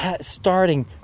starting